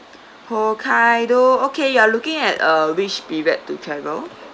hokkaido okay you're looking at uh which period to travel